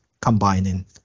combining